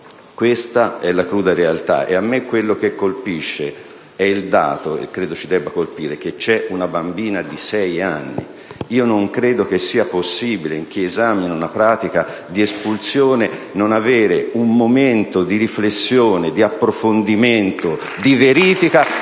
Questa è la cruda realtà. Quello che a me colpisce (e che ritengo ci debba colpire) è il dato che c'è una bambina di sei anni: io non credo sia possibile, in chi esamina una pratica di espulsione, non avere un momento di riflessione, di approfondimento, di verifica,